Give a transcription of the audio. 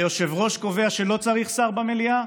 היושב-ראש קובע שלא צריך שר במליאה?